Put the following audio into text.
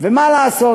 ומה לעשות,